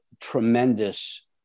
tremendous